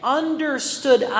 understood